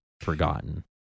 forgotten